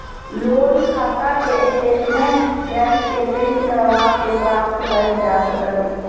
loan खाता के statement bank से प्रिंट करवा के प्राप्त करल जा सको हय